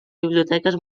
biblioteques